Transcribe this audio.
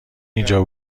اینجا